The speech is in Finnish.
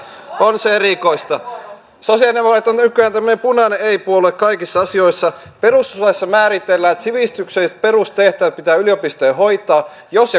se erikoista sosialidemokraatit ovat nykyään tämmöinen punainen ei puolue kaikissa asioissa perustuslaissa määritellään että sivistykselliset perustehtävät pitää yliopistojen hoitaa jos